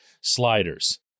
sliders